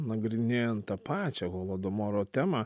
nagrinėjant tą pačią holodomoro temą